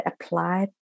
applied